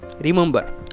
remember